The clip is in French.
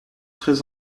très